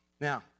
Now